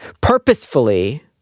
purposefully